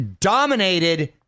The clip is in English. dominated